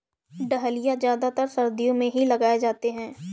dahlia ज्यादातर सर्दियो मे ही लगाये जाते है